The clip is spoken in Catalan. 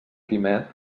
quimet